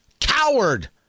Coward